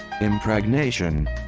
Impregnation